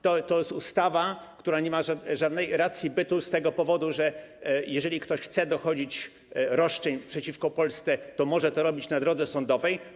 To jest ustawa, która nie ma żadnej racji bytu z tego powodu, że jeżeli ktoś chce dochodzić roszczeń przeciwko Polsce, to może to robić na drodze sądowej.